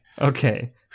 Okay